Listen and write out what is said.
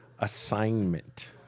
assignment